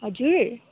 हजुर